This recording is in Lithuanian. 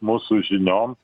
mūsų žiniom